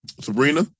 Sabrina